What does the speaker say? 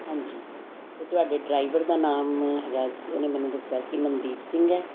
ਹਾਂਜੀ ਅਤੇ ਤੁਹਾਡੇ ਡਰਾਈਵਰ ਦਾ ਨਾਮ ਹੈਗਾ ਉਹਨੇ ਮੈਨੂੰ ਦੱਸਿਆ ਸੀ ਮਨਦੀਪ ਸਿੰਘ ਹੈ